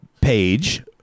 page